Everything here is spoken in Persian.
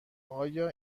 آیا